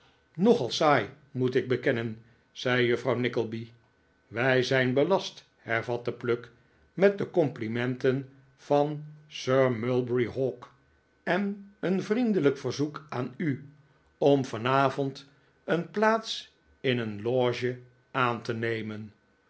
nogal saai moet ik bekennen zei juffrouw nickleby wij zijn belast hervatte pluck met de complimenten van sir mulberry hawk en een vriendelijk verzoek aan u om vannikola as nickleby avond een plaats in een lpge aan te nemen